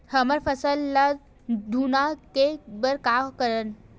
हमर फसल ल घुना ले बर का करन?